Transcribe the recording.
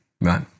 Right